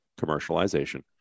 commercialization